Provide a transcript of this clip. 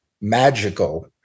magical